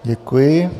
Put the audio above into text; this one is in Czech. Děkuji.